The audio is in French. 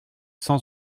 cent